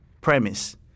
premise